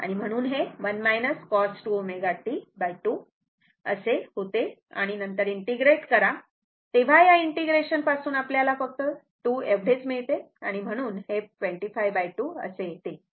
म्हणून हे 1 cos 2 ω T2 असे होते आणि नंतर इंटिग्रेट करा तेव्हा या इंटिग्रेशन पासून आपल्याला फक्त 2 एवढेच मिळते आणि म्हणून हे 252 असे येते